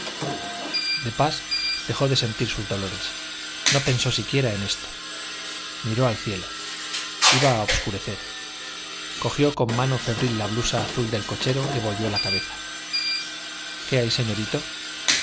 de pas dejó de sentir sus dolores no pensó siquiera en esto miró al cielo iba a obscurecer cogió con mano febril la blusa azul del cochero que volvió la cabeza qué hay señorito